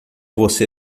você